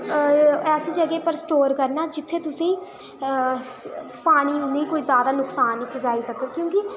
तुसें इक ऐसी जगह् पर स्टोर करना जित्थैं तुसेंगी अ पानी जैदा नुकसान नेईं पजाई सकै क्योंकि